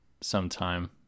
sometime